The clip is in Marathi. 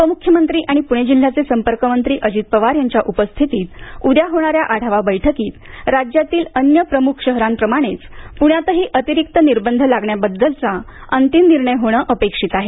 उपमुख्यमंत्री आणि पुणे जिल्ह्याचे संपर्क मंत्री अजित पवार यांच्या उपस्थितीत उद्या होणाऱ्या आढावा बैठकीत राज्यातील अन्य प्रमुख शहरांप्रमाणेच पुण्यातही अतिरिक्त निर्बंध लागण्याबद्दलचा अंतिम निर्णय होणं अपेक्षित आहे